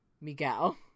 miguel